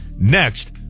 next